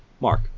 Mark